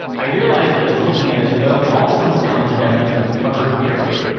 i realize that is looking at it's like, okay, all this comes down to the definition of covered period.